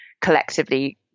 collectively